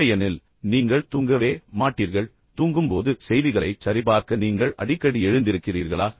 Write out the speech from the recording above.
இல்லையெனில் நீங்கள் தூங்கவே மாட்டீர்கள் தூங்கும் போது செய்திகளைச் சரிபார்க்க நீங்கள் அடிக்கடி எழுந்திருக்கிறீர்களா